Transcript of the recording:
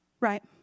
right